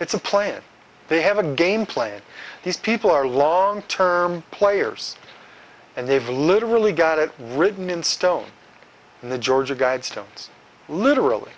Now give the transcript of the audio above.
it's a plan they have a game plan these people are long term players and they've literally got it written in stone and the georgia guidestones literally